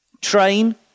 Train